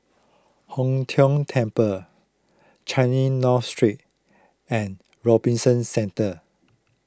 Hong Tho Temple Changi North Street and Robinson Centre